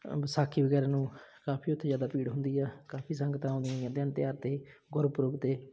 ਵਿਸਾਖੀ ਵਗੈਰਾ ਨੂੰ ਕਾਫੀ ਉੱਥੇ ਜ਼ਿਆਦਾ ਭੀੜ ਹੁੰਦੀ ਆ ਕਾਫੀ ਸੰਗਤਾਂ ਆਉਂਦੀਆਂ ਦਿਨ ਤਿਓਹਾਰ 'ਤੇ ਗੁਰਪੁਰਬ 'ਤੇ